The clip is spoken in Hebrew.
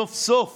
סוף-סוף